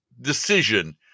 decision